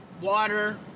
Water